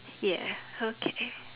ya okay